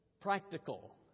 practical